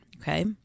Okay